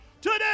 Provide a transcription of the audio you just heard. Today